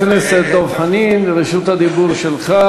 ולברך את חברי ד"ר עבדאללה אבו מערוף על נאום הבכורה שלו כאן,